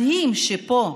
מדהים שפה